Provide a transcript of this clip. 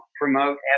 promote